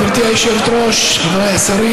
התשע"ח 2018, לא אושרה.